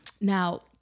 Now